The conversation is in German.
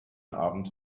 abend